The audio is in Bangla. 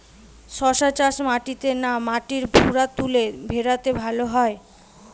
শশা চাষ মাটিতে না মাটির ভুরাতুলে ভেরাতে ভালো হয়?